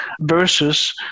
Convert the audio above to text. versus